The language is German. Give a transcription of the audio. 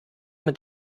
mit